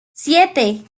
siete